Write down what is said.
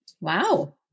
Wow